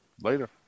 Later